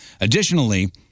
Additionally